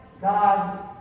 God's